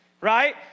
right